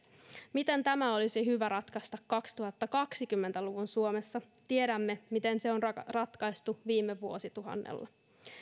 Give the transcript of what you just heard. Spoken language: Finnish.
miten tämä olisi hyvä ratkaista kaksituhattakaksikymmentä luvun suomessa tiedämme miten se on ratkaistu viime vuosituhannella